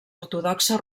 ortodoxa